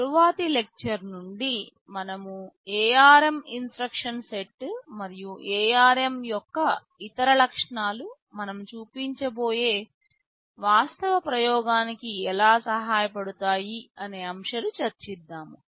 తరువాతి లెక్చర్ నుండి మనము ARM ఇన్స్ట్రక్షన్ సెట్ మరియు ARM యొక్క ఇతర లక్షణాల మనం చూపించబోయే వాస్తవ ప్రయోగానికి ఎలా సహాయపడుతాయి అనే అంశాలు చర్చిద్దాం